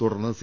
തുടർന്ന് സി